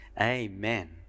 Amen